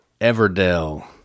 everdell